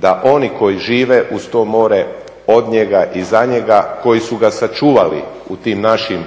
da oni koji žive uz to more, od njega i za njega koji su ga sačuvali u tim našim